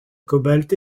cobalt